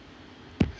ya